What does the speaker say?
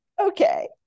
Okay